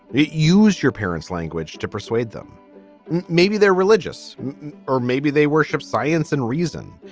use your parents language to persuade them maybe they're religious or maybe they worship science and reason.